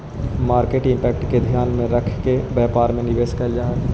market impact के ध्यान में रखके व्यापार में निवेश कैल जा हई